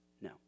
No